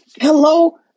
hello